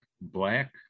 black